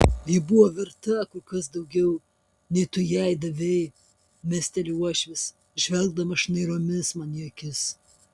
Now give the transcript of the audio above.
ji buvo verta kur kas daugiau nei tu jai davei mesteli uošvis žvelgdamas šnairomis man į akis